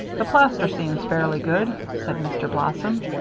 the plaster seems fairly good, said mr. blossom.